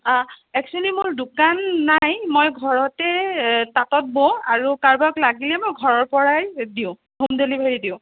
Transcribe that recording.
আ এক্সোৱেলি মোৰ দোকান নাই মই ঘৰতে তাঁতত বওঁ আৰু কাৰোবাক লাগিলে মই ঘৰৰ পৰাই দিওঁ হোম ডেলিভাৰী দিওঁ